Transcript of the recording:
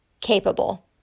capable